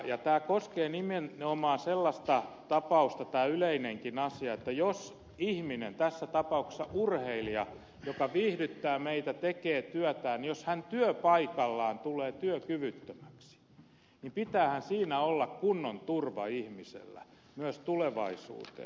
tämä koskee nimenomaan sellaista tapausta tämä yleinenkin asia että jos ihminen tässä tapauksessa urheilija joka viihdyttää meitä tekee työtään työpaikallaan tulee työkyvyttömäksi niin pitäähän siinä olla kunnon turva ihmisellä myös tulevaisuuteen